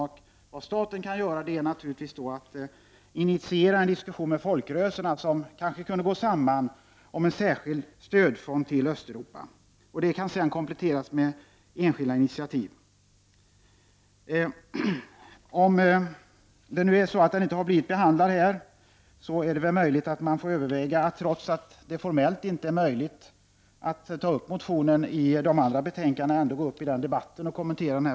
Vad staten kan göra är naturligtvis att initiera en diskussion med folkrörelserna, som kanske kunde gå samman om en särskild stödform för Östeuropa. Den kan sedan kompletteras med enskilda initiativ. Om det nu är så att motionen inte har blivit behandlad, får jag väl överväga, trots att det formellt inte är möjligt, att gå upp i debatten när kammaren skall ta ställning till de andra betänkandena.